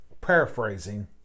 paraphrasing